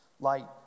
Light